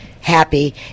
happy